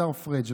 השר פריג'.